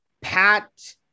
Pat